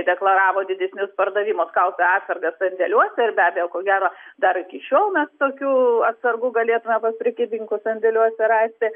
deklaravo didesnius pardavimus kaupė atsargas sandėliuose ir be abejo ko gero dar iki šiol mes tokių atsargų galėtume pas prekybininkus sandėliuose rasti